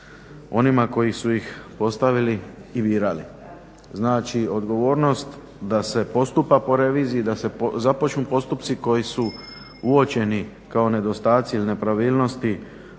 onima koji su iz postavili i birali. Znači, odgovornost da se postupa po reviziji, da se započnu postupci koji su uočeni kao nedostatci ili nepravilnosti